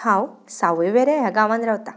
हांव सावयवेरें ह्या गांवांत रावतां